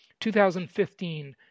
2015